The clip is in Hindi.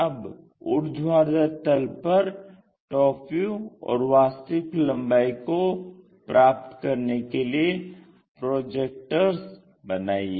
अब ऊर्ध्वाधर तल पर टॉप व्यू और वास्तविक लम्बाई को प्राप्त करने के लिए प्रोजेक्टर्स बनाइये